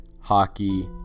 hockey